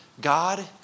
God